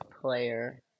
player